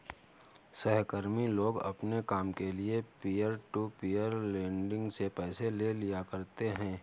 सहकर्मी लोग अपने काम के लिये पीयर टू पीयर लेंडिंग से पैसे ले लिया करते है